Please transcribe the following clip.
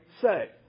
say